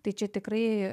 tai čia tikrai